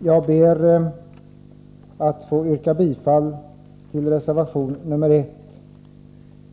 Jag ber att få yrka bifall till reservation 1.